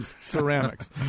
ceramics